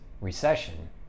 recession